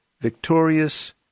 victorious